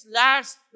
last